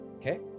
okay